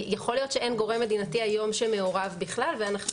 יכול להיות שאין גורם מדינתי היום שמעורב בכלל ואנחנו